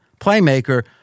playmaker